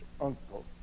Uncle